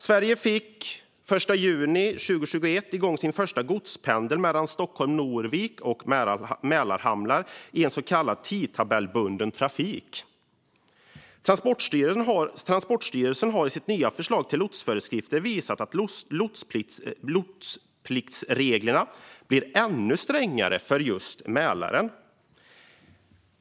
Sverige fick den 1 juni 2021 igång sin första godspendel mellan Stockholm Norvik och Mälarhamnar i en så kallad tidtabellsbunden trafik. Transportstyrelsen har i sitt nya förslag till lotsföreskrifter visat att lotspliktsreglerna blir ännu strängare för just Mälaren.